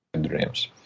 dreams